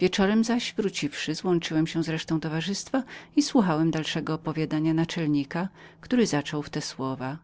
wieczorem zaś wróciwszy złączyłem się z resztą towarzystwa i słuchałem dalszego opowiadania naczelnika który zaczął w te słowa